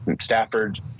Stafford